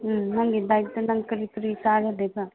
ꯎꯝ ꯅꯪꯒꯤ ꯗꯥꯏꯠꯇ ꯅꯪ ꯀꯔꯤ ꯀꯔꯤ ꯆꯥꯔ ꯂꯩꯕ꯭ꯔꯥ